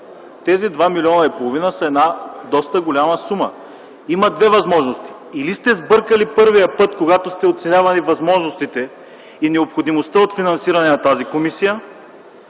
тези 2,5 млн. са една доста голяма сума. Има две възможности. Или сте сбъркали първия път, когато сте оценявали възможностите и необходимостта от финансиране на тази комисия,